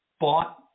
bought